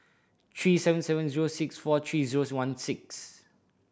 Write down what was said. three seven seven zero six four three zero one six